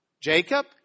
Jacob